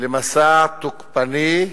למסע תוקפני,